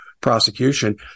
prosecution